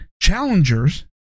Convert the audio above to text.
challengers